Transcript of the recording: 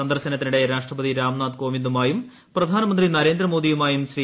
സന്ദർശനത്തിനിടെ രാഷ്ട്രപതി രാംനാഥ് കോവിന്ദുമായും പ്രധാനമന്ത്രി നരേന്ദ്രമോദിയുമായും ശ്രീ